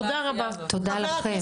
תודה לכם.